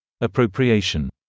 Appropriation